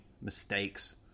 mistakes